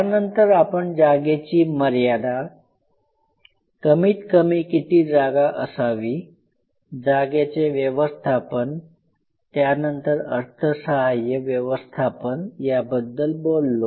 त्यानंतर आपण जागेची मर्यादा कमीत कमी किती जागा असावी जागेचे व्यवस्थापन त्यानंतर अर्थसहाय्य व्यवस्थापन याबद्दल बोललो